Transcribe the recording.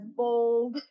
bold